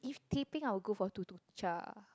teh peng I will go for tuk-tuk-Cha